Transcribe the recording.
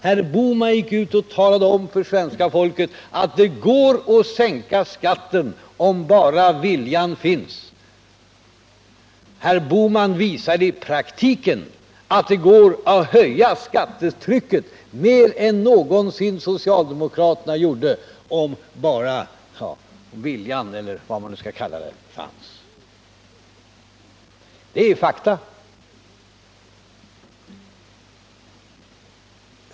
Herr Bohman gick ut och talade om för svenska folket att det går att sänka skatten om bara viljan finns. Herr Bohman visade i praktiken att det går att höja skattetrycket mer än vad socialdemokraterna någonsin gjorde om bara viljan — eller vad man skall kalla det — finns. Det är fakta.